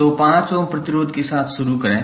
तो 5 ओम प्रतिरोध के साथ शुरू करें